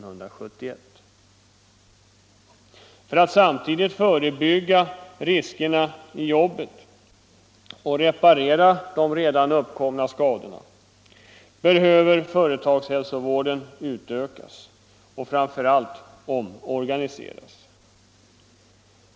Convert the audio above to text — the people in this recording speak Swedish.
För att man samtidigt skall kunna förebygga riskerna i jobbet och reparera de redan uppkomna skadorna behöver företagshälsovården utö kas och framför allt omorganiseras.